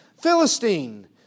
Philistine